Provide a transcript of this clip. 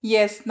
Yes